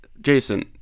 Jason